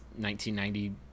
1990